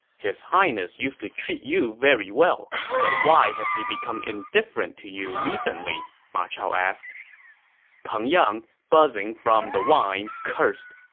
his highness used to treat you very well, but why has he become indifferent to you recently? ma chao asked peng yang, buzzing from the alcohol, and cursed,